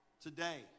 today